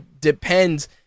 depends